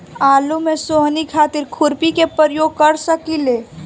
आलू में सोहनी खातिर खुरपी के प्रयोग कर सकीले?